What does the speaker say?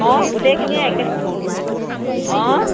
অঁ গোটেইখিনিয়ে একে অঁ